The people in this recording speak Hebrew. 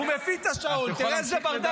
הוא מפעיל את השעון -- אתה יכול להמשיך לדבר.